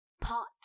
Pot